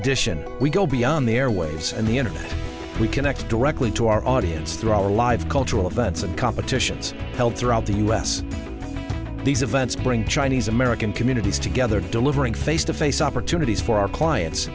addition we go beyond the airwaves and the internet we connect directly to our audience through all the live cultural events and competitions held throughout the u s these events bring chinese american communities together delivering face to face opportunities for our clients